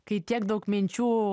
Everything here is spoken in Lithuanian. kai tiek daug minčių